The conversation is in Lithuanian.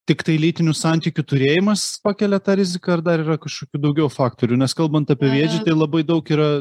tiktai lytinių santykių turėjimas pakelia tą riziką ar dar yra kašokių daugiau faktorių nes kalbant apie tai labai daug yra